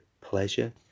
pleasure